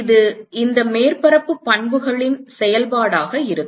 இது இந்த மேற்பரப்பு பண்புகளின் செயல்பாடாக இருக்கும்